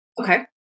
Okay